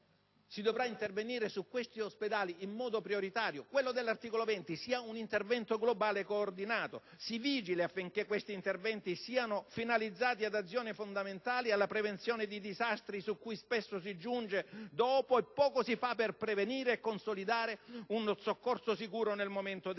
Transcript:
Si dovrà intervenire su questi ospedali in modo prioritario. Quello dell'articolo 20 sia un intervento globale e coordinato. Si vigili affinché questi interventi siano finalizzati ad azioni fondamentali ed alla prevenzione di disastri, rispetto ai quali spesso si interviene solo successivamente. Poco si fa, infatti, per prevenire e consolidare un soccorso sicuro nel momento delle